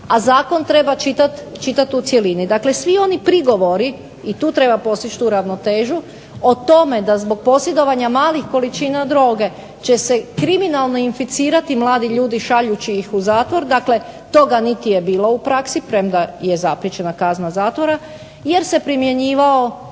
A zakon treba čitati u cjelini. Dakle, svi oni prigovori, i tu treba postići tu ravnotežu, o tome da zbog posjedovanja malih količina droge će se kriminalno inficirati mladi ljudi šaljući ih u zatvor, dakle toga niti je bilo u praksi, premda je zapriječena kazna zatvora, jer se primjenjivao